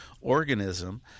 organism